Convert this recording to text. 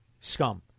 Scum